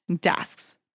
desks